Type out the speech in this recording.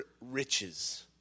riches